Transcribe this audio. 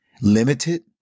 limited